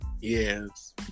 Yes